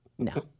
No